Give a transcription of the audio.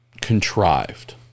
contrived